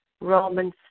Romans